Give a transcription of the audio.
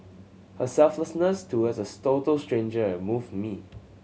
her selflessness towards as total stranger and moved me